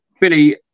Billy